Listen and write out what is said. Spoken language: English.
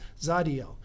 Zadiel